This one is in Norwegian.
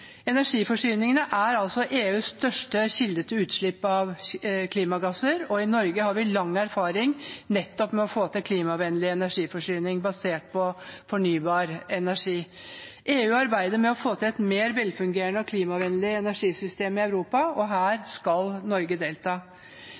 er EUs største kilde til utslipp av klimagasser, og i Norge har vi lang erfaring nettopp med å få til klimavennlig energiforsyning basert på fornybar energi. EU arbeider med å få til et mer velfungerende og klimavennlig energisystem i Europa, og her